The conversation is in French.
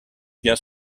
bien